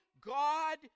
God